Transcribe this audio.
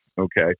Okay